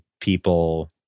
people